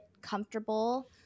comfortable